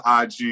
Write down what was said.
IG